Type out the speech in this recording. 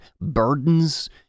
burdens